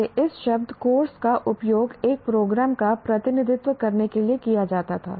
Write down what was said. पहले इस शब्द कोर्स का उपयोग एक प्रोग्राम का प्रतिनिधित्व करने के लिए किया जाता था